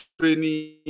training